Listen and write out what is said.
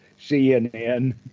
cnn